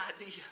idea